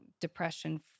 depression